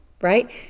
right